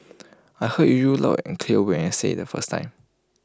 I heard you loud and clear when you said IT the first time